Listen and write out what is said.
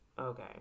Okay